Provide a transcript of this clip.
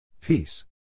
Peace